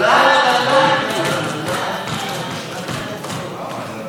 התשע"ח 2018, לוועדה שתקבע ועדת